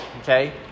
Okay